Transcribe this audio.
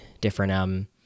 different